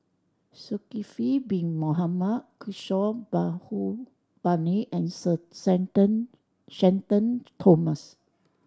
Sulkifli Bin Mohamed Kishore Mahbubani and Sir Shenton Thomas